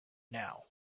now